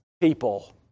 people